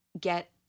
get